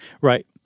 Right